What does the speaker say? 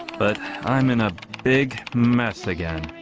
but i'm in a big mess again